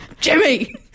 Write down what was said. jimmy